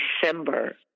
December